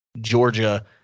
Georgia